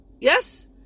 Yes